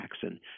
Jackson